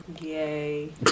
Yay